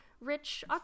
rich